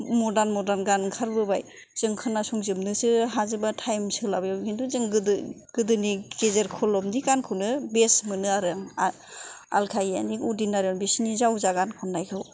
मर्दान मर्दान गान ओंखारबोबाय जों खोनासं जोबनोसो हाजोबा थाइम सोलाबैआव खिन्थु जों गोदोनि गेजेर खल'बनि गानखौनो बेस्त मोनो आरो आलखा यानिक उदित नारायन बिसिनि जावजा गान खननायखौ